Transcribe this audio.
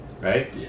right